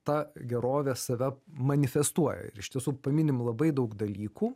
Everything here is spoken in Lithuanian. ta gerovė save manifestuoja ir iš tiesų minim labai daug dalykų